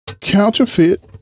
counterfeit